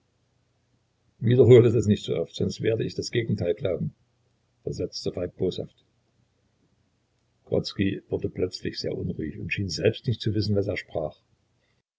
wiederhole das nicht so oft sonst werd ich das gegenteil glauben versetzte falk boshaft grodzki wurde plötzlich sehr unruhig und schien selbst nicht zu wissen was er sprach